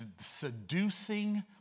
seducing